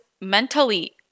mentally